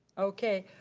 okay.